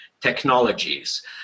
technologies